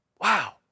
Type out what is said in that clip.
Wow